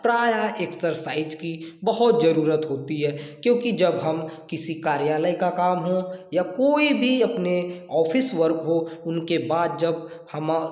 प्रायः एक्सरसाईज की बहुत ज़रूरत होती है क्योंकि जब हम किसी कार्यालय का काम हो या कोई भी अपने ऑफिस वर्क हो उनके बाद जब हम